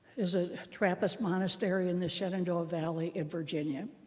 is a trappist monastery in the shenandoah valley in virginia.